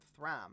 Thram